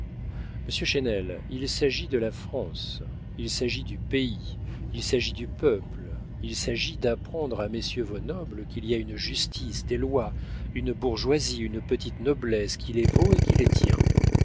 monsieur chesnel il s'agit de la france il s'agit du pays il s'agit du peuple il s'agit d'apprendre à messieurs vos nobles qu'il y a une justice des lois une bourgeoisie une petite noblesse qui les vaut et qui les tient